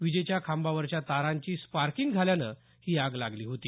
विजेच्या खांबावरच्या तारांची स्पार्किंग झाल्यामुळे ही आग लागली होती